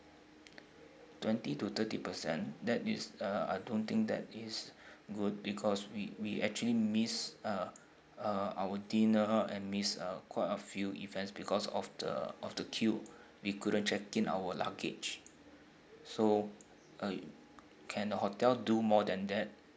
twenty to thirty percent that is uh I don't think that is good because we we actually missed uh uh our dinner and missed uh quite a few events because of the of the queue we couldn't check in our luggage so uh can the hotel do more than that